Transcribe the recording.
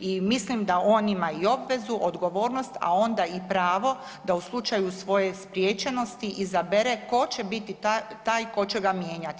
i mislim da on ima i obvezu, odgovornost, a onda i pravo da u slučaju svoje spriječenosti izabere tko će biti taj tko će ga mijenjati.